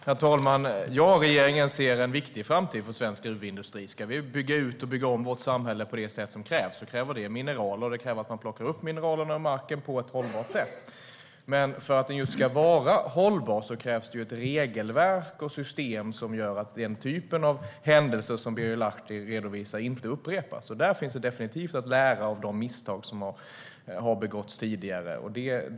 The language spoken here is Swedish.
Herr talman! Regeringen ser en viktig framtid för svensk gruvindustri. Ska vi bygga ut och bygga om vårt samhälle på det sätt som krävs behövs mineraler. Det kräver att mineraler plockas upp ur marken på ett hållbart sätt. För att det ska vara hållbart krävs ett regelverk och system som gör att den typen av händelser som Birger Lahti redovisar inte upprepas. Där finns definitivt att lära av de misstag som har begåtts tidigare.